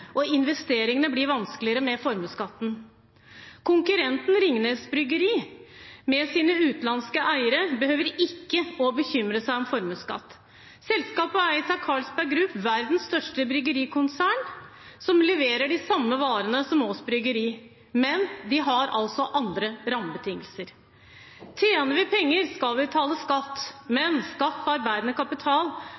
og de investeringene blir vanskeligere med formuesskatten.» Konkurrenten Ringnes Bryggeri, med sine utenlandske eiere, behøver ikke bekymre seg om formuesskatt. Selskapet eies av Carlsberg Group, verdens største bryggerikonsern, som leverer de samme varene som Aass Bryggeri, men de har altså andre rammebetingelser. Tjener vi penger, skal vi betale skatt,